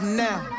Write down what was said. now